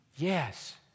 Yes